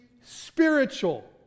spiritual